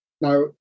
Now